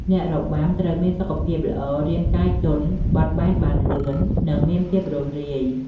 អ្នករបាំត្រូវមានសុខភាពល្អ រាងកាយទន់ បត់បែនបាន លឿន និងមានភាពរួសរាយ។